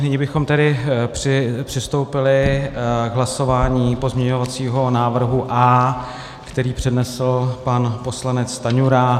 Nyní bychom tedy přistoupili k hlasování o pozměňovacím návrhu A, který přednesl pan poslanec Stanjura.